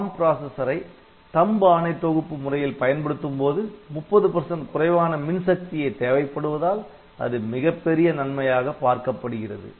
ARM பிராஸஸரை THUMB ஆணை தொகுப்பு முறையில் பயன்படுத்தும்போது 30 குறைவான மின் சக்தியே தேவைப்படுவதால் அது மிகப்பெரிய நன்மையாக பார்க்கப்படுகிறது